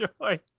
joy